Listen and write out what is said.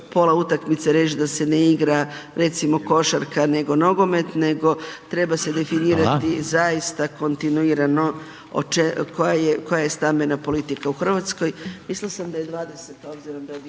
pola utakmice reć da se ne igra recimo košarka, nego nogomet, nego treba se definirati …/Upadica: Hvala/…zaista kontinuirano koja je stambena politika u RH, mislila